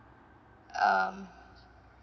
um